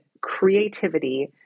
creativity